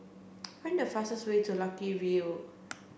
find the fastest way to Lucky View